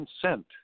consent